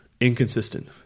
inconsistent